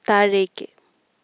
താഴേക്ക്